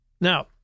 Now